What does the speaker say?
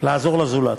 לעזור לזולת.